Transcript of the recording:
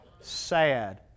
sad